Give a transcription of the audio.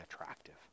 attractive